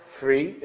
free